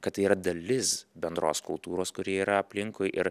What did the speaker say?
kad tai yra dalis bendros kultūros kuri yra aplinkui ir